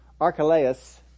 Archelaus